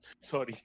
sorry